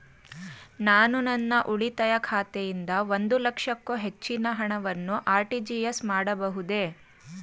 ನಾನು ನನ್ನ ಉಳಿತಾಯ ಖಾತೆಯಿಂದ ಒಂದು ಲಕ್ಷಕ್ಕೂ ಹೆಚ್ಚಿನ ಹಣವನ್ನು ಆರ್.ಟಿ.ಜಿ.ಎಸ್ ಮಾಡಬಹುದೇ?